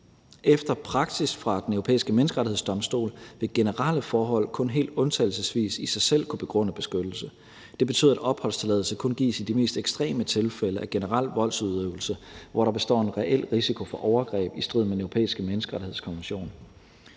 Efter praksis fra Den Europæiske Menneskerettighedsdomstol vil generelle forhold kun helt undtagelsesvis i sig selv kunne begrunde beskyttelse. Det betyder, at opholdstilladelse kun gives i de mest ekstreme tilfælde af generel voldsudøvelse, hvor der består en reel risiko for overgreb i strid med Den Europæiske Menneskerettighedskonvention